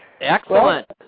Excellent